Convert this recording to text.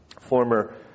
former